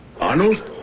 Arnold